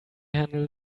handle